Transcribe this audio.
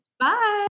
Bye